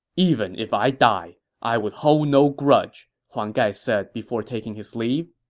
even if i die, i would hold no grudge, huang gai said before taking his leave